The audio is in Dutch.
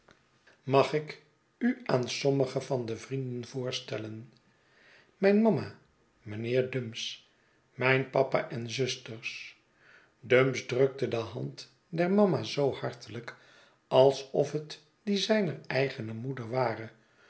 mag ik u aan sommige van de vrienden voorstellen mijn mama mijnheer dumps mijn papa en zusters dumps drukte de hand der mama zoo hartelijk alsof het die zijner eigene moeder ware